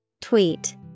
Tweet